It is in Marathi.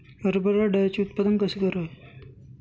हरभरा डाळीचे उत्पादन कसे करावे?